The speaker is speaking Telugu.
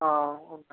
ఉంటాను